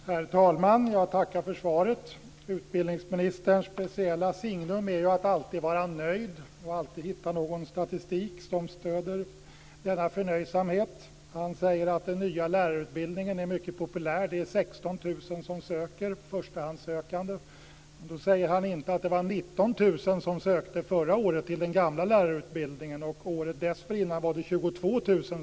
Herr talman! Jag tackar för svaret. Utbildningsministerns speciella signum är att alltid vara nöjd och alltid hitta någon statistik som stöder denna förnöjsamhet. Han säger att den nya lärarutbildningen är mycket populär, då det finns 16 000 förstahandssökande. Men då säger han inte att det var 19 000 förstahandssökande till den gamla lärarutbildningen förra året och året dessförinnan 22 000.